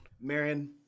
Marion